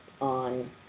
on